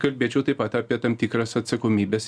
kalbėčiau taip pat apie tam tikras atsakomybes